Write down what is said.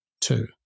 two